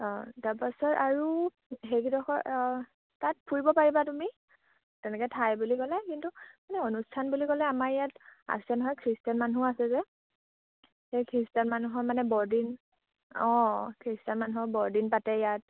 অঁ তাৰপাছত আৰু সেইকিডখৰ তাত ফুৰিব পাৰিবা তুমি তেনেকে ঠাই বুলি ক'লে কিন্তু মানে অনুষ্ঠান বুলি ক'লে আমাৰ ইয়াত আছে নহয় খ্ৰীষ্টান মানুহো আছে যে সেই খ্ৰীষ্টান মানুহৰ মানে বৰদিন অঁ খ্ৰীষ্টান মানুহৰ বৰদিন পাতে ইয়াত